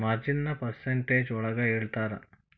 ಮಾರ್ಜಿನ್ನ percentage ಒಳಗ ಹೇಳ್ತರ